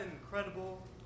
incredible